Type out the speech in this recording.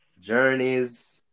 journeys